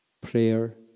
prayer